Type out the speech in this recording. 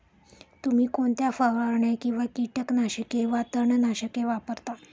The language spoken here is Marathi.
तुम्ही कोणत्या फवारण्या किंवा कीटकनाशके वा तणनाशके वापरता?